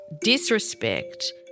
disrespect